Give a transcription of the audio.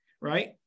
right